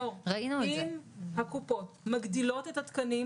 אם הקופות מגדילות את התקנים,